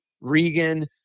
Regan